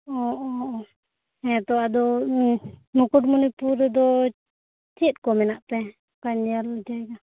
ᱚ ᱚ ᱦᱮᱸ ᱛᱚ ᱟᱫᱚ ᱢᱩᱠᱩᱴᱢᱩᱱᱤᱯᱩᱨ ᱨᱮᱫᱚ ᱪᱮᱫ ᱠᱚ ᱢᱮᱱᱟᱜ ᱛᱮ ᱚᱱᱠᱟᱱ ᱧᱮᱞ ᱡᱟᱭᱜᱟ